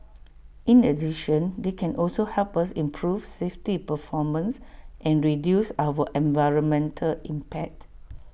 in addition they can also help us improve safety performance and reduce our environmental impact